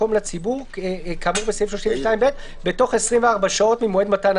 ייסגר המקום לציבור כאמור בסעיף 32ב בתוך 24 שעות ממועד מתן הצו".